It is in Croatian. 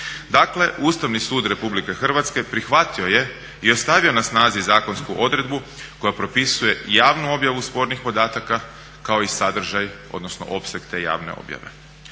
Dakle, Ustavni sud RH prihvatio je i ostavio na snazi zakonsku odredbu koja propisuje javnu objavu spornih podataka kao i sadržaj odnosno opseg te javne objavi.